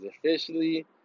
officially